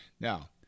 Now